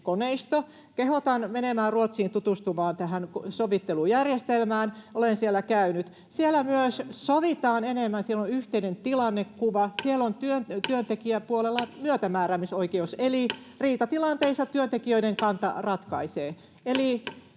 Kehotan menemään Ruotsiin tutustumaan tähän sovittelujärjestelmään. Olen siellä käynyt. Siellä myös sovitaan enemmän. Siellä on yhteinen tilannekuva. Siellä on työntekijäpuolella myötämääräämisoikeus, eli riitatilanteissa työntekijöiden kanta ratkaisee.